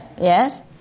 Yes